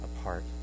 apart